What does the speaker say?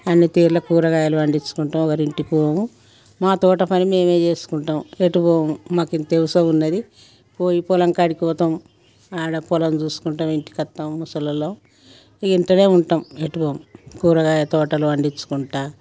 అన్ని తీరుల కూరగాయలు పండించుకుంటాం ఒకరి ఇంటికి పోము మా తోట పని మేమే చేసుకుంటాం ఎటుపోము మాకింత వ్యవసాయం ఉన్నది పోయి పొలం కాడికి పోతాం అక్కడ పొలం చూసుకుంటాం ఇంటికి వస్తాం ముసలి వాళ్ళం ఇక ఇంటనే ఉంటాం ఎటు పోము కూరగాయ తోటలు పండించుకుంటూ